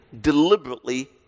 deliberately